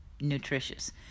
nutritious